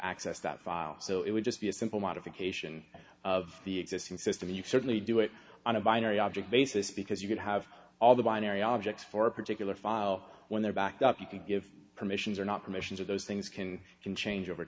access that file so it would just be a simple modification of the existing system you certainly do it on a binary object basis because you could have all the binary objects for a particular file when they're backed up you can give permissions or not permissions of those things can change over